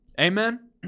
amen